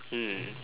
hmm